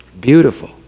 beautiful